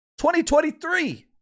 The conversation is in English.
2023